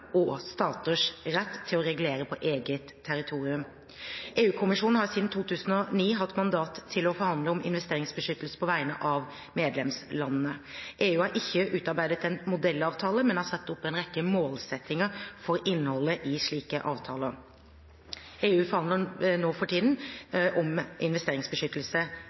og staters rett til å regulere på eget territorium. EU-kommisjonen har siden 2009 hatt mandat til å forhandle om investeringsbeskyttelse på vegne av medlemslandene. EU har ikke utarbeidet en modellavtale, men har satt opp en rekke målsettinger for innholdet i slike avtaler. EU forhandler nå for tiden om investeringsbeskyttelse